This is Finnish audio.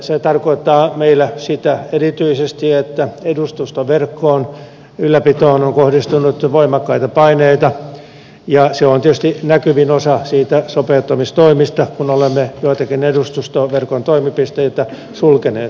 se tarkoittaa meillä erityisesti sitä että edustustoverkon ylläpitoon on kohdistunut voimakkaita paineita ja se on tietysti näkyvin osa niistä sopeuttamistoimista kun olemme joitakin edustustoverkon toimipisteitä sulkeneet